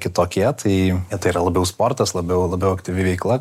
kitokie tai yra labiau sportas labiau labiau aktyvi veikla